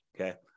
Okay